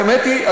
האמת היא,